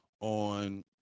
on